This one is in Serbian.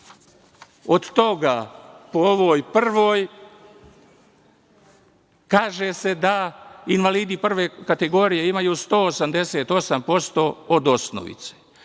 od toga po ovoj prvoj, kaže se da invalidi prve kategorije imaju 188% od osnovice.